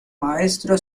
maestro